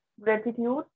Gratitude